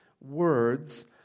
words